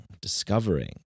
discovering